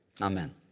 amen